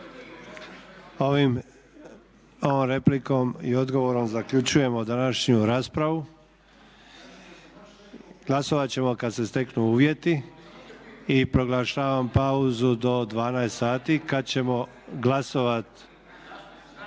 Ovom replikom i odgovorom zaključujemo današnju raspravu. Glasovati ćemo kada se steknu uvjeti. I proglašavam pauzu do 12 sati kada ćemo glasovati